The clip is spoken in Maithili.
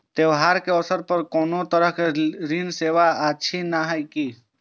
त्योहार के अवसर पर कोनो तरहक ऋण सेवा अछि कि नहिं?